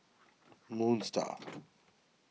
Moon Star